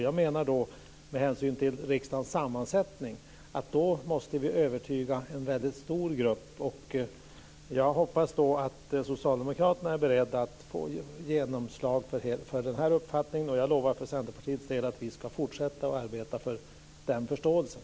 Jag menar att vi, med hänsyn till riksdagens sammansättning, måste övertyga en väldigt stor grupp. Jag hoppas att socialdemokraterna är beredda när det gäller att få genomslag för den här uppfattning, och jag lovar för Centerpartiets del att vi ska fortsätta att arbeta för den här förståelsen.